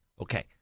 Okay